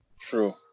True